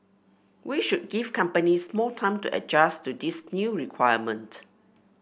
we should give companies more time to adjust to this new requirement